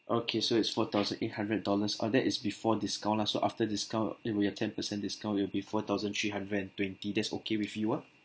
okay so it's four thousand eight hundred dollars ah that is before discount lah so after discount it will have ten percent discount it'll be four thousand three hundred and twenty that's okay with you ah